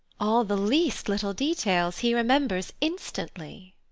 all the least little details he remembers instantly.